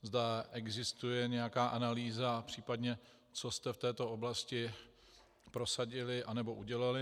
Zda existuje nějaká analýza, případně co jste v této oblasti prosadili nebo udělali.